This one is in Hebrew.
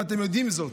ואתם יודעים זאת,